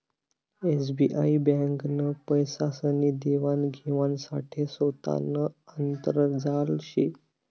SBI ब्यांकनं पैसासनी देवान घेवाण साठे सोतानं आंतरजाल शे